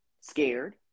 scared